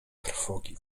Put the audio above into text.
trwogi